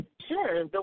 Sure